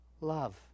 love